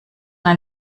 ein